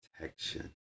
protection